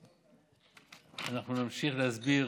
אנחנו נמשיך להסביר.